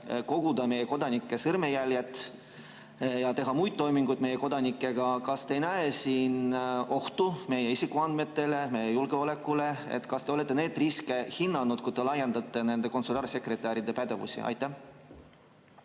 koguda meie kodanike sõrmejälgi ja teha muid toiminguid meie kodanikega? Kas te ei näe siin ohtu meie isikuandmetele, meie julgeolekule? Kas te olete neid riske hinnanud, kui te laiendate nende konsulaarsekretäride pädevusi? Aitäh!